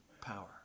power